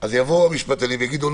יבואו המשפטנים ויגידו,